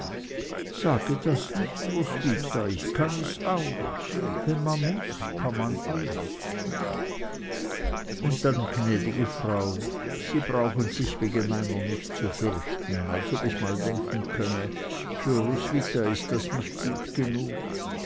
sage das nicht roswitha ich kann es auch wenn man muß kann man alles und dann gnädigste frau sie brauchen sich wegen meiner nicht zu fürchten als ob ich mal denken könnte für roswitha ist das nicht gut genug